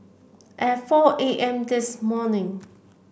at four A M this morning